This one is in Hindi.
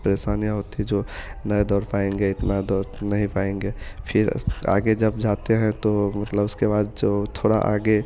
परेशानियाँ होती जो नहीं दौड़ पाएंगे इतना दौड़ नहीं पाएंगे फ़िर आगे जब जाते हैं तो मतलब उसके बाद जो थोड़ा आगे